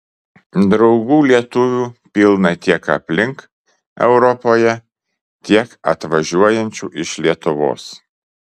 draugų lietuvių pilna tiek aplink europoje tiek atvažiuojančių iš lietuvos